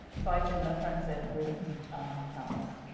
so i can reference it with canvas.